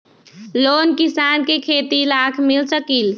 Loan किसान के खेती लाख मिल सकील?